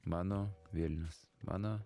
mano vilnius mano